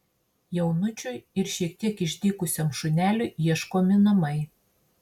jaunučiui ir šiek tiek išdykusiam šuneliui ieškomi namai